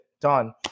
Done